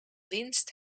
winst